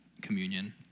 communion